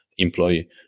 Employee